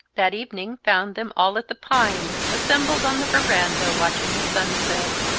that evening found them all at the pines, assembled on the veranda watching the sunset,